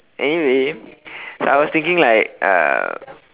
anyway I was thinking like uh